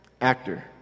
Actor